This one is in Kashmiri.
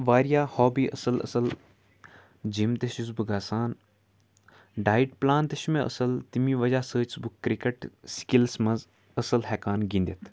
واریاہ ہابی اَصٕل اَصٕل جِم تہِ چھُس بہٕ گژھان ڈایِٹ پٕلان تہِ چھِ مےٚ اَصٕل تٔمی وَجہ سۭتۍ چھُس بہٕ کِرٛکَٹ تہِ سِکِلَس منٛز اَصٕل ہٮ۪کان گِنٛدِتھ